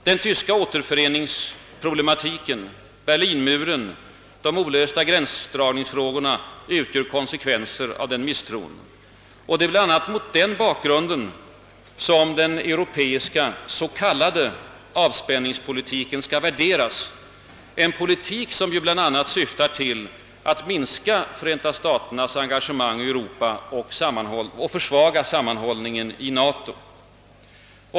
Den tyska återföreningsproblematiken, Berlinmuren och de olösta gränsdragningsfrågorna utgör konsekvenser av denna misstro. Det är bl.a. mot denna bakgrund som den europeiska s.k. avspänningspolitiken skall värderas, en politik som ju bl.a. syftar till att minska Förenta staternas engagemang i Europa och försvaga sammanhållningen inom NATO.